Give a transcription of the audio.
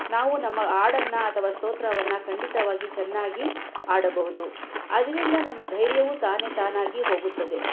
ನಾವು ನಮ್ಮ ಹಾಡನ್ನ ಅಥವಾ ಸ್ತೋತ್ರವನ್ನು ಖಂಡಿತವಾಗಿ ಚೆನ್ನಾಗಿ ಹಾಡಬಹುದು ಅದರಿಂದ ನಮ್ಮ ಧೈರ್ಯವೂ ತಾನೇ ತಾನಾಗಿ ಹೋಗುತ್ತದೆ